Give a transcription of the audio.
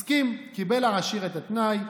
הסכים, קיבל העשיר את התנאי.